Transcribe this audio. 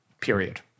period